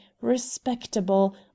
respectable